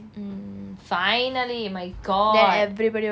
mm finally my god